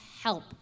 help